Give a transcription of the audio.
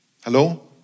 Hello